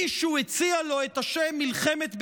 מישהו הציע לו את השם מלחמת בראשית.